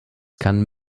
kann